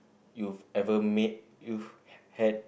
you've ever made you've had